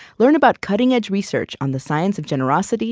learn about cutting-edge research on the science of generosity,